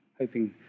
hoping